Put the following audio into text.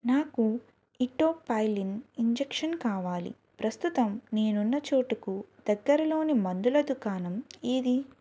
నాకు etophylline injection కావాలి ప్రస్తుతం నేనున్న చోటుకు దగ్గరలోని మందుల దుకాణం ఏది